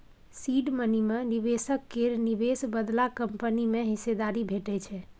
seed money मे निबेशक केर निबेश बदला कंपनी मे हिस्सेदारी भेटै छै